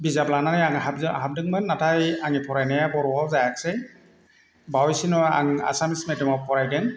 बिजाब लानानै आं हाबदोंमोन नाथाय आंनि फरायनाया बर'आव जायासै बावैसोनि उनाव आं आसामिस मिडियामाव फरायदों